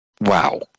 Wow